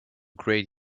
great